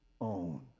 own